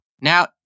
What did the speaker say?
Now